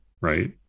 right